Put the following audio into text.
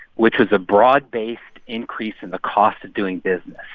which was a broad-based increase in the cost of doing business,